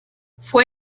fue